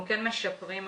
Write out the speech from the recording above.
אנחנו כן משפרים עכשיו.